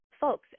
folks